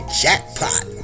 jackpot